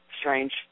strange